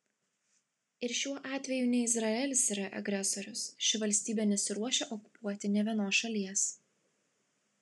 ir šiuo atveju ne izraelis yra agresorius ši valstybė nesiruošia okupuoti nė vienos šalies